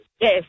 Yes